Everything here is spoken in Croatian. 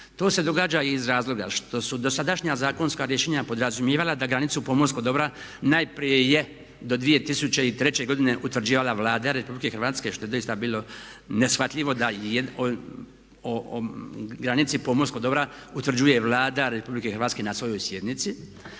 To se događa i iz razloga što su dosadašnja zakonska rješenja podrazumijevala da granicu pomorskog dobra najprije je do 2003. godine utvrđivala Vlada Republike Hrvatske što je doista bilo neshvatljivo da o granici pomorskog dobra utvrđuje Vlada Republike Hrvatske na svojoj sjednici.